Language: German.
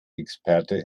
experte